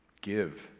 give